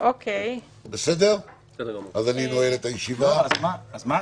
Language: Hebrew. מה ההצעה?